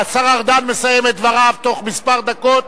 השר ארדן מסיים את דבריו בתוך כמה דקות,